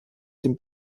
den